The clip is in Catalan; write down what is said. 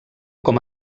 com